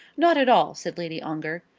not at all, said lady ongar.